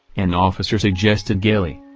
an officer suggested gaily.